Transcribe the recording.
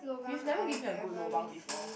you've never given me a good lobang before